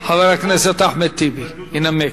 חבר הכנסת אחמד טיבי ינמק.